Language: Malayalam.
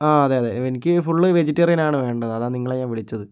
ആ അതെ അതെ എനിക്ക് ഫുള് വെജിറ്റേറിയന് ആണ് വേണ്ടത് അതാണ് നിങ്ങളെ ഞാന് വിളിച്ചത്